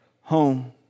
home